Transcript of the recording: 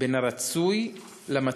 בין הרצוי למצוי.